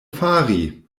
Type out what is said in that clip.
fari